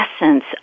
essence